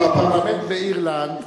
בפרלמנט באירלנד,